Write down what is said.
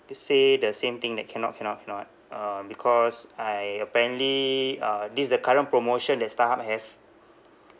that say the same thing that cannot cannot cannot um because I apparently uh this is the current promotion that starhub have